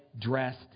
dressed